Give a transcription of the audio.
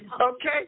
Okay